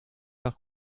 par